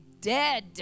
dead